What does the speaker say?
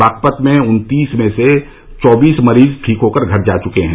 बागपत में उन्तीस में से चौबीस मरीज ठीक होकर घर जा चुके हैं